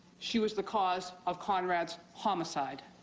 she was the cause of conrad's homicide.